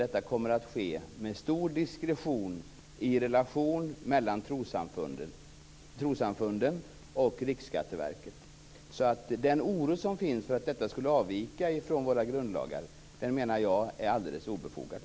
Detta kommer att ske med stor diskretion i relationen mellan trossamfunden och Riksskatteverket. Den oro som finns för att detta skulle avvika från våra grundlagar menar jag är alldeles obefogad.